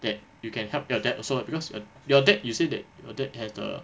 that you can help your dad also because err you're dad you said that your dad has the